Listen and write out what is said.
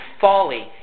folly